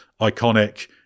iconic